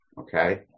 okay